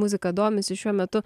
muzika domisi šiuo metu